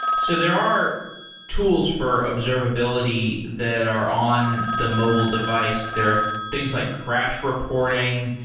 so, there are tools for observability that are on the mobile device. there are things like crash reporting.